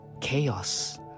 chaos